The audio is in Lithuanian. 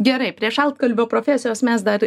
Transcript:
gerai prie šaltkalvio profesijos mes dar